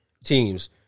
teams